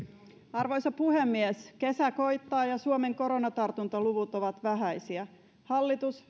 arvoisa puhemies kesä koittaa ja suomen koronatartuntaluvut ovat vähäisiä hallitus